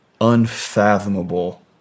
unfathomable